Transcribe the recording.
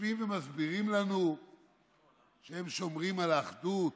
יושבים ומסבירים לנו שהם שומרים על האחדות,